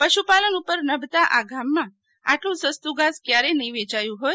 પશુપાલન ઉપર નભતા આ ગામ માં આટલું સસ્તું ધાસ ક્યારેય નફીં વેચાયું ફોય